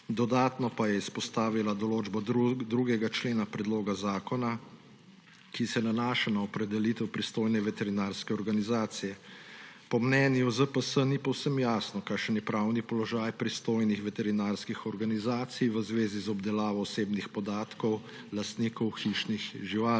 Dodatno pa je izpostavila določbo 2. člena predloga zakona, ki se nanaša na opredelitev pristojne veterinarske organizacije. Po mnenju ZPS ni povsem jasno, kakšen je pravni položaj pristojnih veterinarskih organizacij v zvezi z obdelavo osebnih podatkov lastnikov hišnih živali.